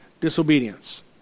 disobedience